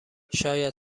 شاید